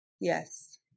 Yes